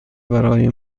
برای